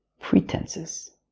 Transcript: Pretenses